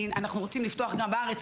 אנחנו רוצים לפתוח גם בארץ,